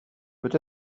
peut